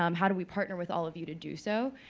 um how do we partner with all of you to do so?